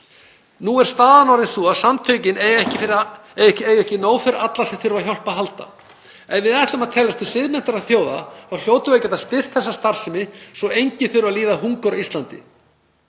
Nú er staðan orðin sú að samtökin eiga ekki nóg fyrir alla sem þurfa á hjálp að halda. Ef við ætlum að teljast til siðmenntaðra þjóða hljótum við að geta styrkt þessa starfsemi svo enginn þurfi að líða hungur á Íslandi.